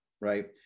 Right